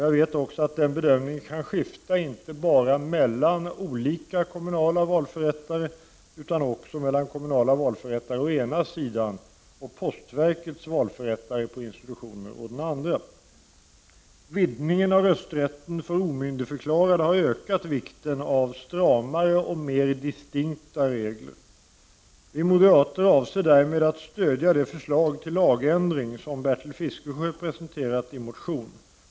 Jag vet också att den bedömningen kan skifta, inte bara mellan olika kommunala valförrättare utan också mellan kommunala valförrättare å ena sidan och postverkets valförrättare på institutioner å andra sidan. Vidgningen av rösträtten för omyndigförklarade ökar vikten av stramare och mer distinkta regler. Vi moderater avser därmed att stödja det förslag till lagändring som Bertil Fiskesjö presenterat i motion.